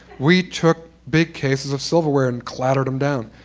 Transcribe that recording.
we took big cases of silverware and clattered them down.